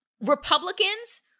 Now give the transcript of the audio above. Republicans